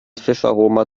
fischaroma